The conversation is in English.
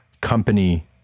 company